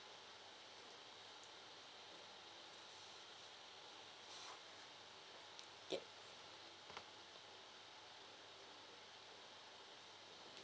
yup